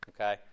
Okay